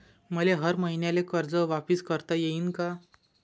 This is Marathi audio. मले हर मईन्याले कर्ज वापिस करता येईन का?